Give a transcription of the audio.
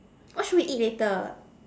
what should we eat later